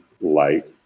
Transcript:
light